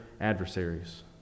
adversaries